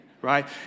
Right